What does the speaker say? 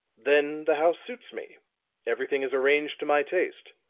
then, the house suits me everything is arranged to my taste.